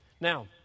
Now